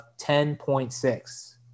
10.6